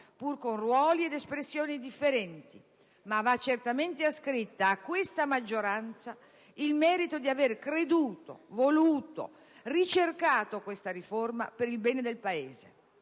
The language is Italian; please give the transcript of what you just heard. pur con ruoli ed espressioni differenti. Ma va certamente ascritto a questa maggioranza il merito di aver creduto, voluto, ricercato questa riforma per il bene del Paese;